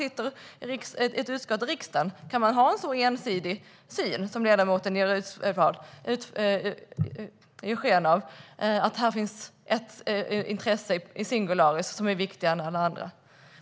Sitter man i ett utskott i riksdagen kan man kanske ha en så ensidig syn som ledamoten ger uttryck för och ge sken av att det finns ett intresse, singular, som är viktigare än alla andra.